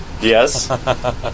Yes